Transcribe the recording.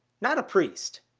not a priest.